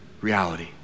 reality